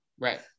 Right